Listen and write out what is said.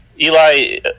Eli